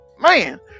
man